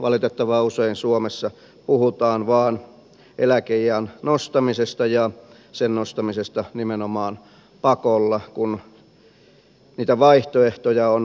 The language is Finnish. valitettavan usein suomessa puhutaan vain eläkeiän nostamisesta sen nostamisesta nimenomaan pakolla kun niitä vaihtoehtoja on lukemattomia